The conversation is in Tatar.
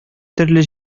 төрле